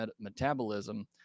metabolism